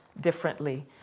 differently